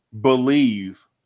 believe